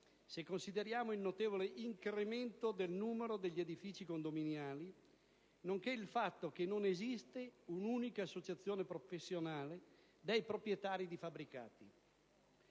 se consideriamo il notevole incremento del numero degli edifici condominiali, nonché il fatto che non esiste un'unica associazione professionale dei proprietari di fabbricati.